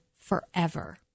forever